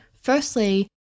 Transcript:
firstly